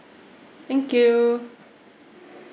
thank you